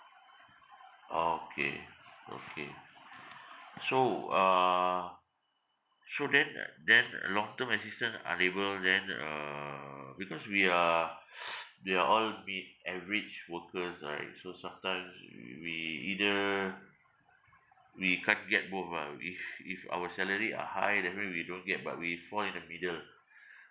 okay okay so uh so then uh then long term assistance unable then uh because we are we are all mid average workers right so sometimes we we either we can't get both ah if if our salary are high that mean we don't get but we fall in the middle